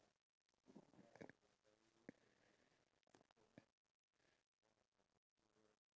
we actually can even afford to complain whether the food is nice or not I feel like